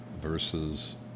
versus